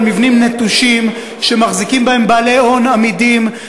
על מבנים נטושים שמחזיקים בהם בעלי הון אמידים,